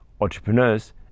Entrepreneurs